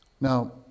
Now